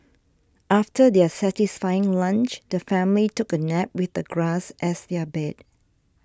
after their satisfying lunch the family took a nap with the grass as their bed